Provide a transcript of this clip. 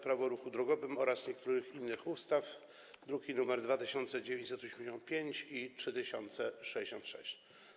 Prawo o ruchu drogowym oraz niektórych innych ustaw, druki nr 2985 i 3066.